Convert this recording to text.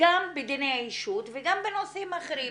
גם בדיני האישות וגם בנושאים אחרים.